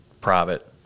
private